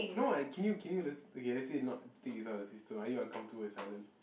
no what can you can you okay okay let's say not take this out of the system are you uncomfortable with silence